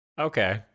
Okay